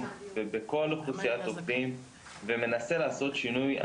ובכל אוכלוסיית עובדים ומנסה לעשות שינוי.